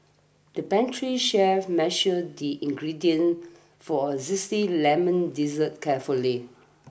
the pastry chef measured the ingredients for a zesty lemon dessert carefully